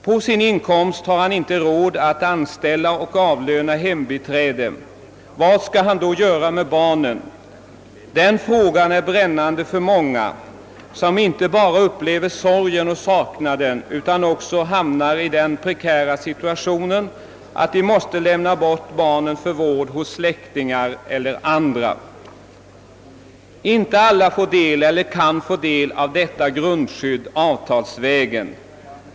Mannen har inte med sin inkomst råd att anställa och avlöna ett hembiträde. Vad skall han då göra med barnen? Den frågan är brännande för många som inte bara upplever sorgen och saknaden utan också hamnar i den prekära situationen att vara tvungen att lämna bort barnen för vård hos släktingar eller utomstående. Inte alla får del eller kan få del av sådant grundskydd avtalsvägen.